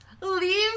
leave